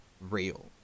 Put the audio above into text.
real